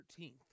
13th